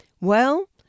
Well